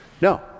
No